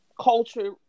culture